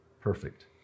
perfect